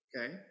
okay